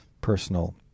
personal